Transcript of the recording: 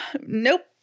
nope